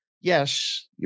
Yes